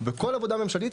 בכל עבודה ממשלתית,